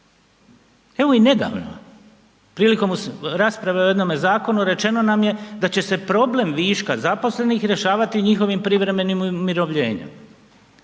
Evo i nedavno prilikom rasprave o jednome zakonu, rečeno nam je da će se problem viška zaposlenih rješavati njihovim privremenim umirovljenjem.